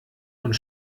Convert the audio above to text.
und